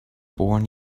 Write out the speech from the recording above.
born